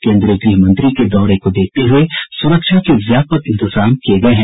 केन्द्रीय गृह मंत्री के दौरे को देखते हुए सुरक्षा के व्यापक इंतजाम किये गये हैं